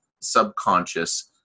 subconscious